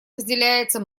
разделяется